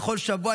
בכל שבוע,